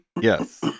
Yes